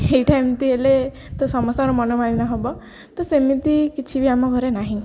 ଏଇଟା ଏମିତି ହେଲେ ତ ସମସ୍ତଙ୍କ ମନମାଳିନ୍ୟ ହେବ ତ ସେମିତି କିଛି ବି ଆମ ଘରେ ନାହିଁ